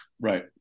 right